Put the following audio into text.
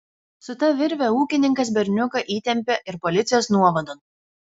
su ta virve ūkininkas berniuką įtempė ir policijos nuovadon